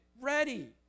ready